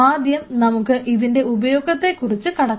ആദ്യം നമുക്ക് ഇതിൻറെ ഉപയോഗത്തെക്കുറിച്ച് കടക്കാം